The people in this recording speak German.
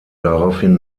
daraufhin